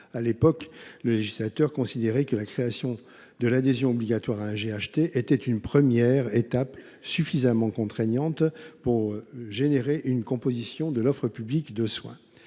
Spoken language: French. À l’époque, le législateur considérait que la création et l’adhésion obligatoire à un GHT étaient une première étape suffisamment contraignante pour entraîner une recomposition de l’offre publique de soins.